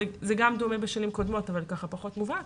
וזה גם דומה בשנים קודמות אך פחות מובהק,